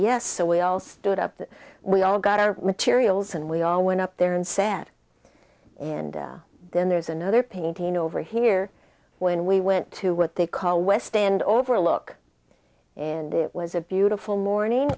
yes so we all stood up that we all got our materials and we all went up there and sat and then there's another painting over here when we went to what they call west end overlook and it was a beautiful morning